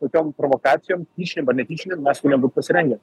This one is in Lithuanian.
tokiom provokacijom tyčinėm ar netyčinėm mes turėjom būt pasirengę